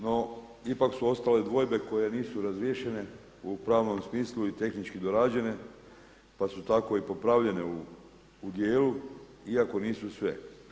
No ipak su ostale dvojbe koje nisu razriješene u pravnom smislu i tehnički dorađene pa su tako i popravljene u dijelu iako nisu sve.